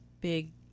big